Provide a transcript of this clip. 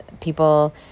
people